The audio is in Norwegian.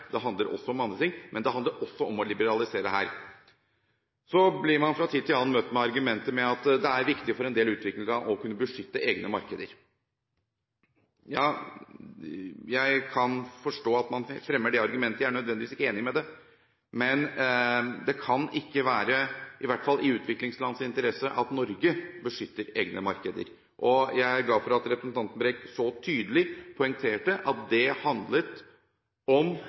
Det handler også om andre ting. Men det handler også om å liberalisere her. Så blir man fra tid til annen møtt med argumenter som at det er viktig for en del utviklingsland å kunne beskytte egne markeder. Ja, jeg kan forstå at man fremmer det argumentet. Jeg er nødvendigvis ikke enig i det, men det kan ikke være – i hvert fall – i utviklingslands interesse at Norge beskytter egne markeder. Jeg er glad for at representanten Brekk så tydelig poengterte at det handlet om